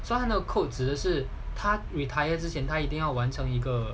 so 他的 code 指的是他 retired 之前那一定要完成一个